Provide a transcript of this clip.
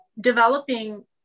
developing